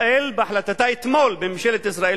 ממשלת ישראל,